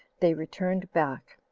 they returned back.